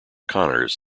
connors